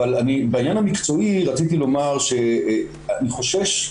אבל בעניין המקצועי רציתי לומר שאני חושש,